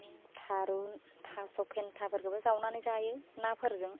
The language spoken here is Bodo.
थारुन थास' फेन्थाफोरखौबो जावनानै जायो नाफोरजों